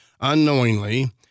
unknowingly